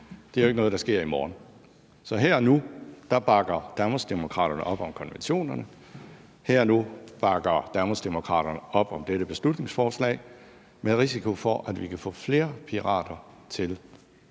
Det er ikke noget, der sker i morgen. Så her og nu bakker Danmarksdemokraterne op om konventionerne. Her og nu bakker Danmarksdemokraterne op om dette beslutningsforslag med risiko for, at vi kan få flere pirater til